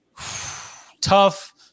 tough